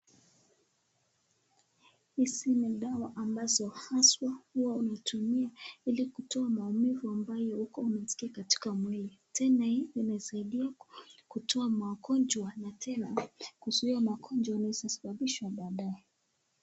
Hizi ni dawa ambazo haswa huwa inatumiwa ili kutowa maumivu ambayo iko katika mwili tena inasaidia kutoa maugonjwa na kuzuia magonjwa inayosababisha balaa.